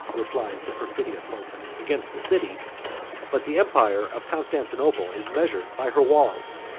replied the perfidious sultan, against the city but the empire of constantinople is measured by her walls.